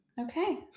Okay